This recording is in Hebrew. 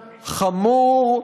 חמור.